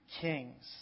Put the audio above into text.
kings